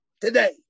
today